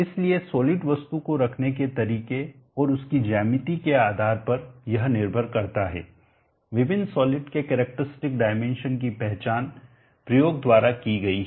इसलिए सॉलिड वस्तु को रखने के तरीके और उसकी ज्यामिति के आधार पर यह निर्भर करता है विभिन्न सॉलिड के कैरेक्टरस्टिक डाइमेंशन की पहचान प्रयोग द्वारा की गई है